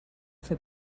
fer